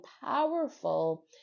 powerful